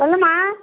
சொல்லும்மா